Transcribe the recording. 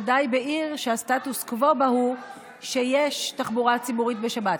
בוודאי בעיר שהסטטוס קוו בה הוא שיש תחבורה ציבורית בשבת.